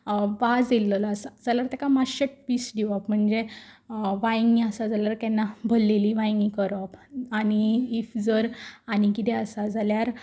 वाज येयलेलो आसा जाल्यार तेका मातशें ट्विस्ट दिवप म्हणजे वांयगें आसा जाल्यार केन्नाय भरलेलीं वांयगीं करप आनी इफ जर आनी कितें आसा जाल्यार